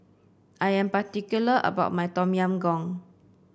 I am particular about my Tom Yam Goong